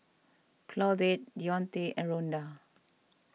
Claudette Deonte and Rhonda